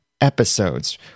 episodes